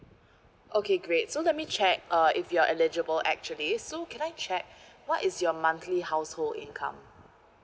okay great so let me check uh if you're eligible actually so can I check what is your monthly household income